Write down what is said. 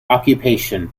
occupation